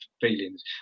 feelings